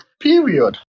Period